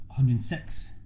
106